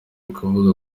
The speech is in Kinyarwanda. ukuvuga